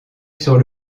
sur